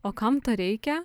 o kam to reikia